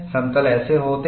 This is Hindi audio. समतल ऐसे होते हैं